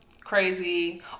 crazy